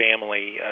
family